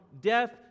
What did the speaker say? death